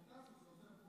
שהם טסו זה עוזר פה.